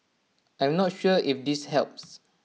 I am not sure if this helps